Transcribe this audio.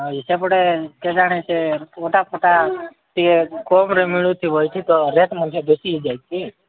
ହଁ ସେପଟେ କେଜାଣି ସେ ଅଟା ଫଟା ଟିକେ କମରେ ମିଳୁଥିବ ଏଠି ତ ରେଟ୍ ମଧ୍ୟ ବେଶୀ ହୋଇଯାଇଛି